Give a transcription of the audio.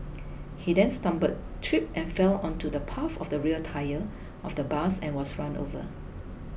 he then stumbled tripped and fell onto the path of the rear tyre of the bus and was run over